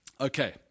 Okay